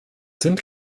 sind